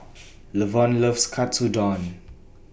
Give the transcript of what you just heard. Lavon loves Katsudon